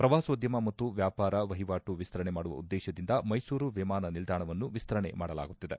ಪ್ರವಾಸೋದ್ಯಮ ಮತ್ತು ವ್ಯಾಪಾರ ವಹಿವಾಟು ವಿಸ್ತರಣೆ ಮಾಡುವ ಉದ್ದೇಶದಿಂದ ಮೈಸೂರು ವಿಮಾನ ನಿಲ್ದಾಣವನ್ನು ವಿಸ್ತರಣೆ ಮಾಡಲಾಗುತ್ತಿದೆ